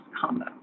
combo